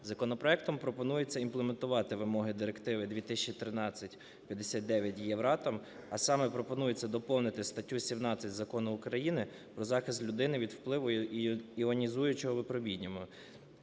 Законопроектом пропонується імплементувати вимоги Директиви 2013/59/Євроатом, а саме пропонується доповнити статтю 17 Закону України "Про захист людини від впливу іонізуючого випромінювання",